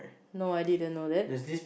no I didn't know that